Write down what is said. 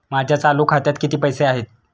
माझ्या चालू खात्यात किती पैसे आहेत?